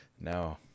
no